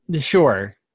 sure